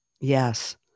Yes